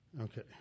Okay